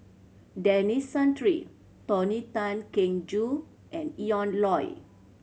Denis Santry Tony Tan Keng Joo and Ian Loy